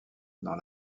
dans